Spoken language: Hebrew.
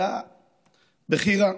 היה בכי רע.